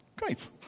great